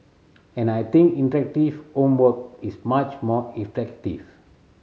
and I think interactive homework is much more effective